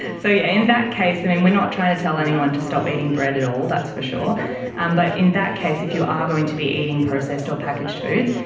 so yeah in that case, and and we are not trying to tell anyone to stop eating bread at all, that's for sure, um but in that case if you are going to be eating processed or packaged foods,